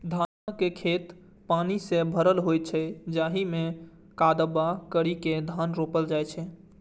धानक खेत पानि सं भरल होइ छै, जाहि मे कदबा करि के धान रोपल जाइ छै